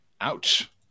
Ouch